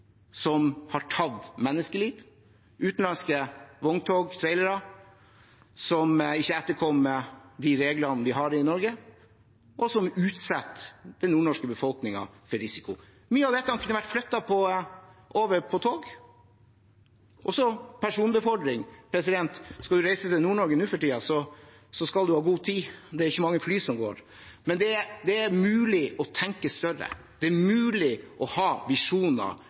som har tatt menneskeliv. Det er utenlandske vogntog og trailere som ikke etterkommer de reglene vi har i Norge, og som utsetter den nordnorske befolkningen for risiko. Mye av dette kunne ha vært flyttet over på tog. Ta også personbefordring: Skal man reise til Nord-Norge nå for tiden, skal man ha god tid, for det er ikke mange fly som går. Men det er mulig å tenke større, det er mulig å ha visjoner